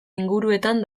inguruetan